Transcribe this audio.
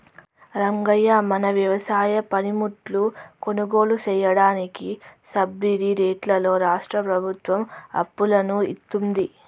రంగయ్య మన వ్యవసాయ పనిముట్లు కొనుగోలు సెయ్యదానికి సబ్బిడి రేట్లతో రాష్ట్రా ప్రభుత్వం అప్పులను ఇత్తుంది